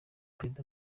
perezida